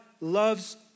loves